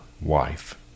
wife